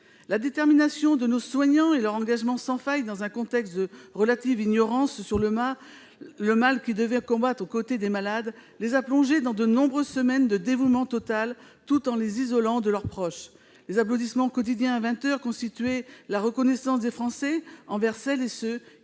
La détermination de nos soignants et leur engagement sans faille dans un contexte de relative ignorance du mal qu'ils devaient combattre aux côtés des malades les ont plongés dans de nombreuses semaines de dévouement total, tout en les isolant de leurs proches. Les applaudissements quotidiens à vingt heures constituaient la reconnaissance des Français envers celles et ceux